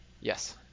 Yes